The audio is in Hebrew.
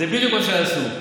זה בדיוק מה שעשו.